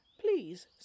Please